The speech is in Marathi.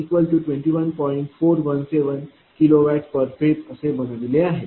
417 kWph असे बनवले आहे